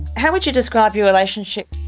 how would you describe your relationship?